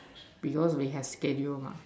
because we have schedule mah